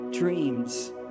Dreams